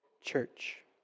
Church